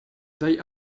they